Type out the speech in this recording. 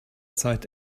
zeit